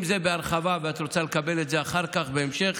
אם זה בהרחבה, ואת רוצה לקבל את זה אחר כך, בהמשך,